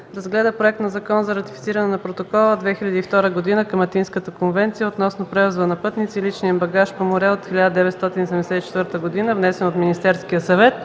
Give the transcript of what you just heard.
разгледа проект на Закон за ратифициране на Протокола от 2002 г. към Атинската конвенция относно превоза на пътници и личния им багаж по море от 1974 г., внесен от Министерския съвет.